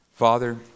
Father